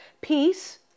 Peace